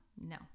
No